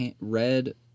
red